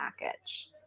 package